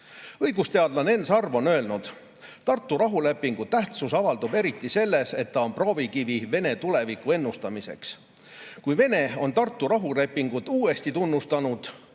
kehtivust. Õigusteadlane Enn Sarv on öelnud: "Tartu rahulepingu tähtsus avaldub eriti selles, et ta on proovikivi Vene tuleviku ennustamiseks. Kui Vene on Tartu rahulepingut uuesti tunnustanud,